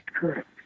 Correct